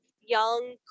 young